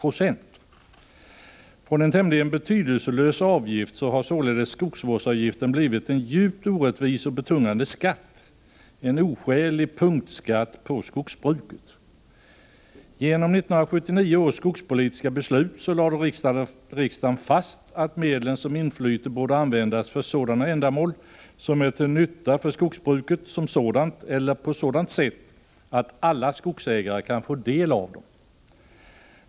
Från att ha varit en tämligen betydelselös avgift har således skogsvårdsavgiften blivit en djupt orättvis och betungande skatt, en oskälig punktskatt på skogsbruket. Genom 1979 års skogspolitiska beslut lade riksdagen fast att medlen som inflyter borde användas för sådana ändamål som är till nytta för skogsbruket som sådant eller på sådant sätt att alla skogsbrukare kan få del av dem.